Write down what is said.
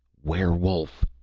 werewolf!